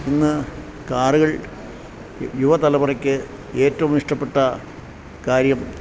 ഇന്ന് കാറുകൾ യുവ തലമുറയ്ക്ക് ഏറ്റവും ഇഷ്ടപ്പെട്ട കാര്യം